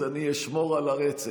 אז אשמור על הרצף.